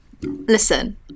listen